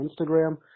Instagram